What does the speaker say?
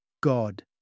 God